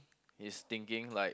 his thinking like